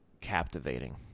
captivating